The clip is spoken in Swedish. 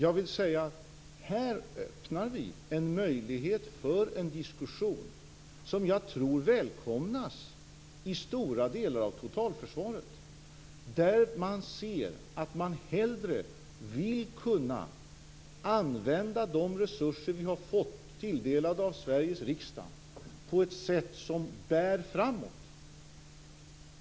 Här öppnar vi en möjlighet för en diskussion som jag tror välkomnas i stora delar av totalförsvaret, där man ser att man hellre vill kunna använda de resurser som man har fått sig tilldelade av Sveriges riksdag på ett sätt som bär framåt.